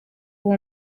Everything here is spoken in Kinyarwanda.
uwo